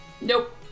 Nope